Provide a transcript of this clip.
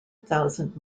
thousand